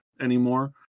anymore